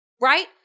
Right